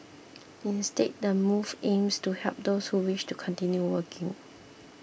instead the move aims to help those who wish to continue working